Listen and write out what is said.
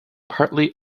partly